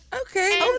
Okay